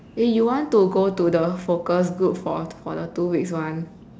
eh you want to go to the focus group for the two weeks [one]